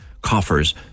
coffers